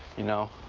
you know,